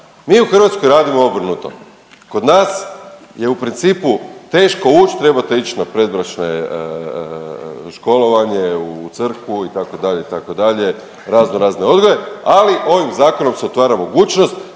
Mi u Hrvatskoj radimo obrnuto, kod nas je u principu teško uć trebate ić na predbračne školovanje u Crkvu itd., itd. raznorazne odgoje, ali ovim zakonom se otvara mogućnost